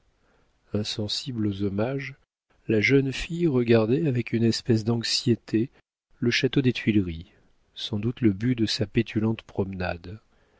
sein insensible aux hommages la jeune fille regardait avec une espèce d'anxiété le château des tuileries sans doute le but de sa pétulante promenade